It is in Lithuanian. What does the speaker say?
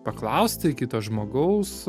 paklausti kito žmogaus